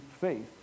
faith